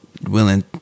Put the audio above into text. willing